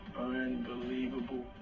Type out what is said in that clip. unbelievable